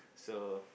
so